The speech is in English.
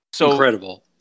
Incredible